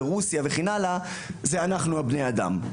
רוסיה וכולי הם אנחנו בני האדם.